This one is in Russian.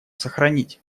сохранить